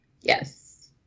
Yes